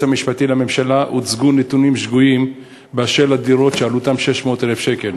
המשפטי לממשלה הוצגו נתונים שגויים באשר לדירות שעלותן 600,000 שקל.